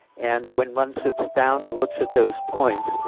and when one sits down and looks at those points,